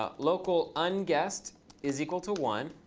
ah local um unguessed is equal to one.